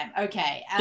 okay